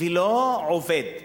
ולא עובד?